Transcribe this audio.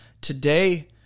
today